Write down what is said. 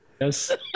Yes